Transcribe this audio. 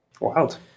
wild